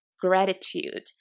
gratitude